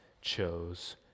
chose